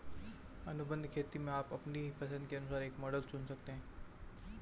अनुबंध खेती में आप अपनी पसंद के अनुसार एक मॉडल चुन सकते हैं